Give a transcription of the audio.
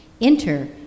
Enter